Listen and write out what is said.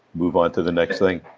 move onto the next thing